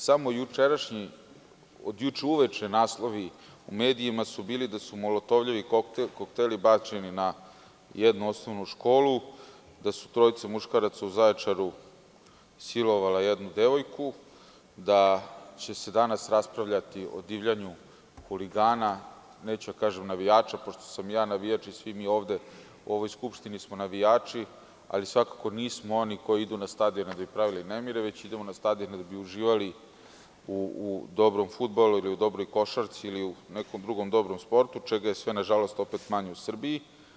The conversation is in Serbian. Samo naslovi od juče uveče su bili da su molotovljevi kokteli bačeni na jednu osnovnu školu, da su trojica muškaraca u Zaječaru silovala jednu devojku, da će se danas raspravljati o divljanju huligana, neću da kažem navijača, pošto sam i ja navijač i svi mi ovde u ovoj Skupštini smo navijači, ali svakako nismo oni koji idu na stadione da bi pravili nemire, već idemo na stadion da bi uživali u dobrom fudbalu, u dobroj košarci ili u nekom drugom sportu, čega je sve, nažalost, opet manje u Srbiji.